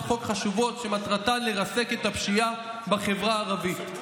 חוק חשובות שמטרתן לרסק את הפשיעה בחברה הערבית.